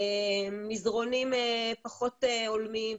מזרונים פחות הולמים.